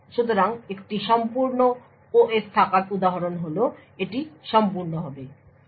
সুতরাং একটি সম্পূর্ণ OS থাকার উদাহরণ হল এটি সম্পূর্ণ হবে